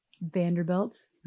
vanderbilts